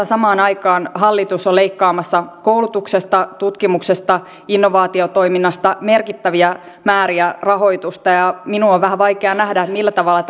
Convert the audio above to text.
samaan aikaan hallitus on leikkaamassa koulutuksesta tutkimuksesta innovaatiotoiminnasta merkittäviä määriä rahoitusta minun on vähän vaikea nähdä millä tavalla